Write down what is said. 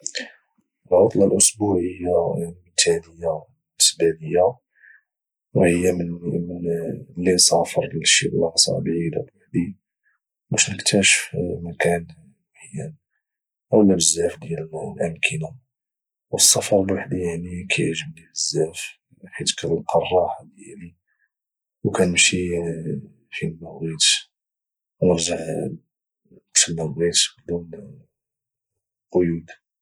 العطله الاسبوعيه المثاليه بالنسبه ليا وهي من اللي نسافر لشي بلاصه بعيده بوحدي باش نكتاشف مكان معين اولى بزاف ديال الامكنة والسفر بوحدي يعني كيعجبني بزاف حيت كلقا الراحة ديالي وكنمشي فينما بغيت ونرجع وقتما بغيت بدون قيود